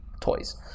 toys